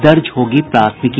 दर्ज होगी प्राथमिकी